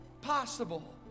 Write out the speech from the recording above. possible